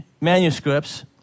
manuscripts